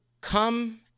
come